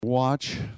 watch